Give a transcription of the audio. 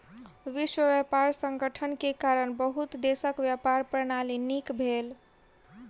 विश्व व्यापार संगठन के कारण बहुत देशक व्यापार प्रणाली नीक भेल